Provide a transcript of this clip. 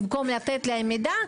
במקום לתת להם מידע,